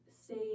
say